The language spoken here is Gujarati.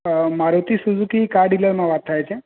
મારુતિ સુઝુકી કાર ડિલરમાં વાત થાય છે